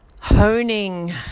honing